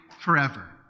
forever